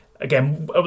Again